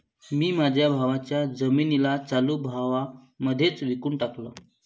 मी माझ्या गावाच्या जमिनीला चालू भावा मध्येच विकून टाकलं